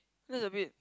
that's a bit